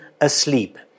asleep